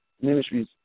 ministries